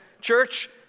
church